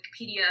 Wikipedia